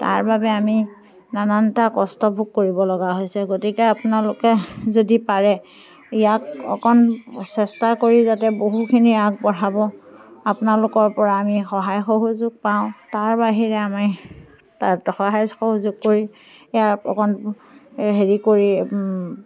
তাৰবাবে আমি নানানটা কষ্ট ভোগ কৰিব লগা হৈছে গতিকে আপোনালোকে যদি পাৰে ইয়াক অকণ চেষ্টা কৰি যাতে বহুখিনি আগবঢ়াব আপোনালোকৰ পৰা আমি সহায় সহযোগ পাওঁ তাৰ বাহিৰে আমি তাৰ সহায় সহযোগ কৰি ইয়াৰ অকণ হেৰি কৰি